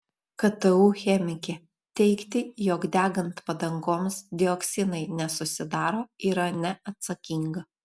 ktu chemikė teigti jog degant padangoms dioksinai nesusidaro yra neatsakinga